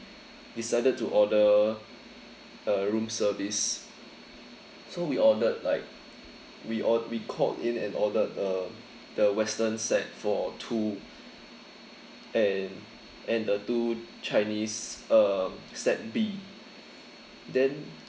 decided to order a room service so we ordered like we ord~ we called in an ordered um the western set for two and and the two chinese um set B then